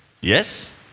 yes